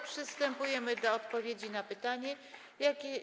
Przystępujemy do odpowiedzi na pytania.